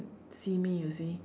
see me you see